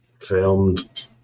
filmed